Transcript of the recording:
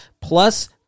Plus